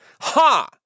Ha